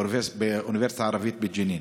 באוניברסיטה הערבית בג'נין.